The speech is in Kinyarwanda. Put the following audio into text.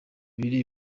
biri